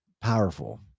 powerful